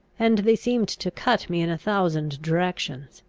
and they seemed to cut me in a thousand directions.